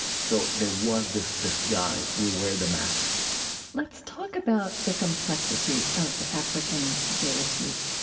so there was this disguise. we wear the mask let's talk about the complexity of african deities.